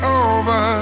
over